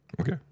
okay